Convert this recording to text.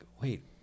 wait